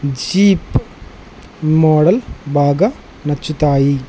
jeep model బాగా నచ్చుతాయి